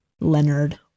Leonard